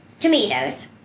Tomatoes